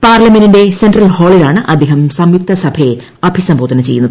പാർലമെന്റിന്റെ സെൻട്രൽ ഹാളിലാണ് അദ്ദേഹം സംയുക്ത സഭയെ അഭിസംബോധന ചെയ്യുന്നത്